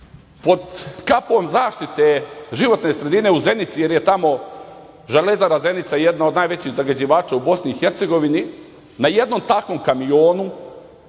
pod kapom zaštite životne sredine u Zenici, jer je tamo Železara Zenica, jedna od najvećih zagađivača u Bosni i Hercegovini, na jednom takvom kamionu,